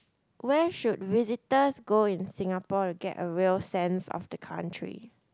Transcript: where should visitors go in Singapore to get a real sense of the country